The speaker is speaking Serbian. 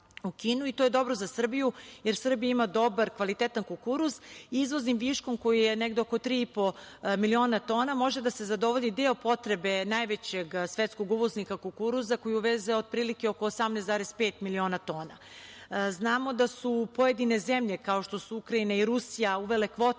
To je dobro za Srbiju jer Srbija ima dobar, kvalitetan kukuruz. Izvoznim viškom koji je negde oko tri i po miliona tona može da se zadovolji deo potrebe najvećeg svetskog uvoznika kukuruza koji uveze otprilike oko 18,5 miliona tona. Znamo da su pojedine zemlje, kao što su Ukrajina i Rusija uvele kvote